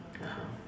(uh huh)